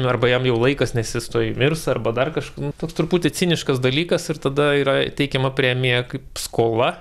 nu arba jam jau laikas nes jis tuoj mirs arba dar kažkas nu toks truputį ciniškas dalykas ir tada yra teikiama premija kaip skola